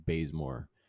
Bazemore